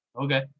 okay